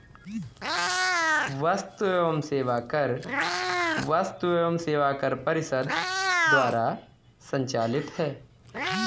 वस्तु एवं सेवा कर वस्तु एवं सेवा कर परिषद द्वारा संचालित है